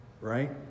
Right